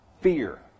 fear